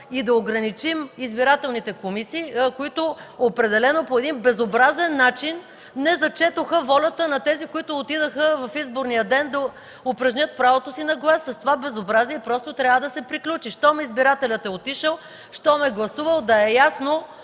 И да ограничим избирателните комисии, които определено, по един безобразен начин не зачетоха волята на тези, които отидоха в изборния ден да упражнят правото си на глас. С това безобразие просто трябва да се приключи. Щом избирателят е отишъл, щом е гласувал, да е ясно